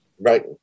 Right